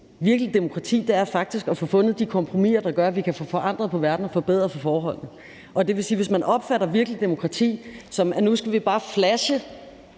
virkeligt demokrati er faktisk at finde de kompromiser, der gør, at vi kan forandre verden og forbedre forholdene. Og det vil sige, at hvis man opfatter virkeligt demokrati, som om vi nu bare skal flashe,